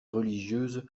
religieuse